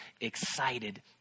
excited